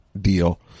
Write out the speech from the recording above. deal